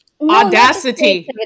Audacity